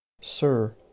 Sir